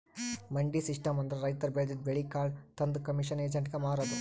ಮಂಡಿ ಸಿಸ್ಟಮ್ ಅಂದ್ರ ರೈತರ್ ಬೆಳದಿದ್ದ್ ಬೆಳಿ ಕಾಳ್ ತಂದ್ ಕಮಿಷನ್ ಏಜೆಂಟ್ಗಾ ಮಾರದು